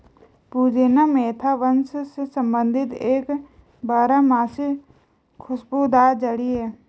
पुदीना मेंथा वंश से संबंधित एक बारहमासी खुशबूदार जड़ी है